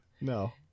No